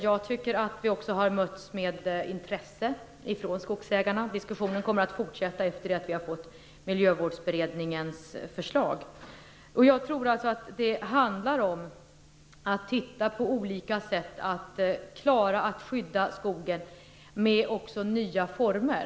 Jag tycker att vi har mötts med intresse från skogsägarna. Diskussionen kommer att fortsätta efter det att vi har fått Miljövårdsberedningens förslag. Jag tror att det handlar om att titta på olika sätt att klara att skydda skogen med nya former.